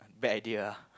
bad idea